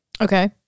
Okay